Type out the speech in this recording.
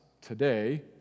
today